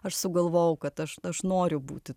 aš sugalvojau kad aš aš noriu būti